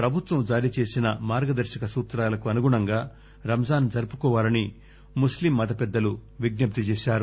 ప్రభుత్వం జారీచేసిన మార్గదర్శక సూత్రాలను అనుగుణంగా రంజాస్ జరుపుకోవాలని ముస్లిం మతపెద్దలు విజ్ఞప్తి చేశారు